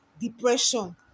depression